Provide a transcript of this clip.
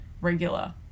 regular